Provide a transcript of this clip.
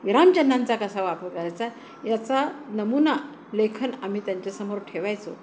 विरामचिन्हांचा कसा वापर करायचा याचा नमूना लेखन आम्ही त्यांच्यासमोर ठेवायचो